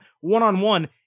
one-on-one